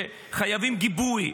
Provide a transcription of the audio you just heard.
שחייבים גיבוי,